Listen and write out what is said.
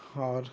اور